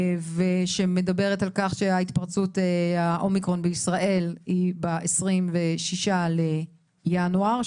שמדברת על כך שהתפרצות האומיקרון בישראל היא ב-26 בדצמבר,